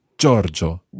Giorgio